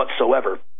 whatsoever